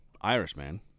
Irishman